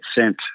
sent